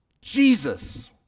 Jesus